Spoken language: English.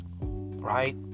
right